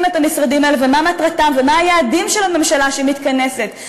את המשרדים האלה ומה מטרתם ומה היעדים של הממשלה שמתכנסת,